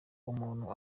umuntu